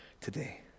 today